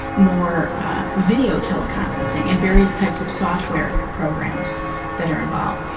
more video-teleconferencing, and various types of software programs that are involved.